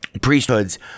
priesthoods